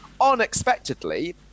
unexpectedly